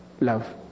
love